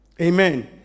amen